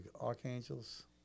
archangels